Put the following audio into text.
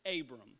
Abram